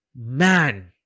man